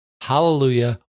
Hallelujah